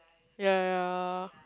ya ya ya